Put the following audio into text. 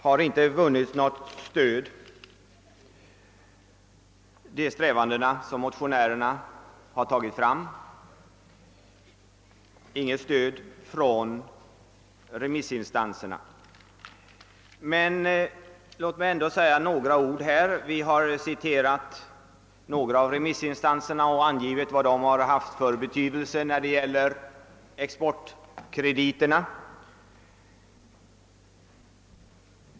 Motionärernas strävanden har inte vunnit något stöd hos remissinstanserna. Vi har citerat några av dessa och angivit vilken betydelse de haft för exportkrediterna.